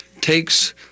takes